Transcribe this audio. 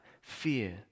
fear